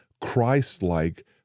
Christ-like